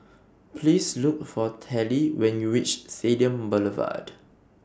Please Look For Tallie when YOU REACH Stadium Boulevard